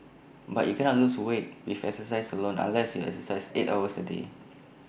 but you cannot lose weight if exercise alone unless you exercise eight hours A day